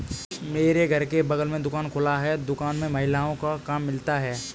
मेरे घर के बगल में दुकान खुला है दुकान में महिलाओं को काम मिलता है